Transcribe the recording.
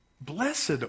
Blessed